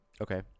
Okay